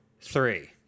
three